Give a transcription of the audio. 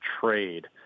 trade